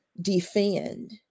defend